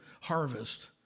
harvest